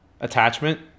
attachment